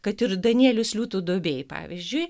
kad ir danielius liūtų duobėj pavyzdžiui